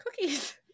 cookies